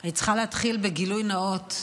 אני צריכה להתחיל בגילוי נאות: